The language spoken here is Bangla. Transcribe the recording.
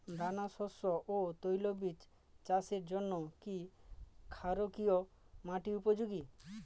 দানাশস্য ও তৈলবীজ চাষের জন্য কি ক্ষারকীয় মাটি উপযোগী?